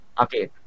okay